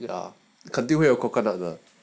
ya 肯定会有 coconut 的